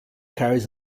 carries